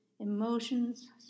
Emotions